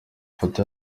ifoto